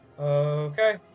Okay